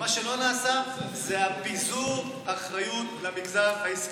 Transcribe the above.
ומה שלא נעשה זה פיזור אחריות למגזר העסקי.